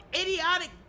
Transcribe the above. idiotic